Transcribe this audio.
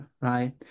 right